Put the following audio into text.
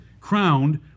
crowned